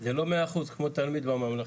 זה לא 100% כמו תלמיד מהממלכתי,